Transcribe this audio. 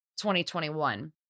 2021